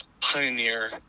pioneer